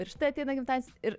ir štai ateina gimtadienis ir